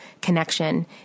connection